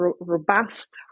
robust